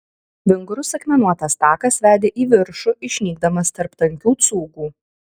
vingrus akmenuotas takas vedė į viršų išnykdamas tarp tankių cūgų